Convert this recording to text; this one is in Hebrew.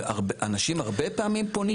אנשים הרבה פעמים פונים.